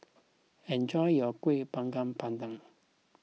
enjoy your Kuih Bakar Pandan